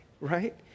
right